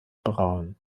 braun